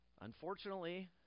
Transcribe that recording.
Unfortunately